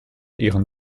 ihren